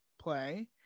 play